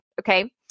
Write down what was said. Okay